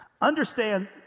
understand